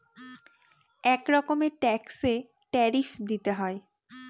এক রকমের ট্যাক্সে ট্যারিফ দিতে হয়